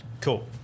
cool